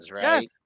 Yes